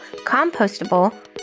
compostable